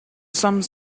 some